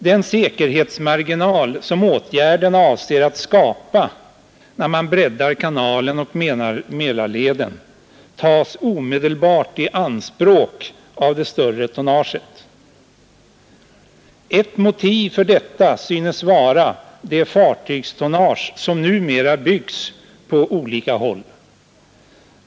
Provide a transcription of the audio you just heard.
Den säkerhetsmarginal som åtgärderna avser att skapa när man breddar kanalen och Mälarleden tas omedelbart i anspråk av det större tonnaget. Ett motiv för detta synes vara det fartygstonnage som numera byggs på olika håll.